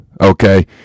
okay